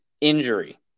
injury